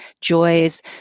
joys